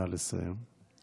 נא לסיים.